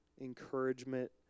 encouragement